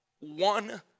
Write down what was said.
one